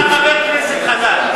אתה חבר כנסת חדש.